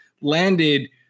landed